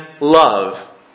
love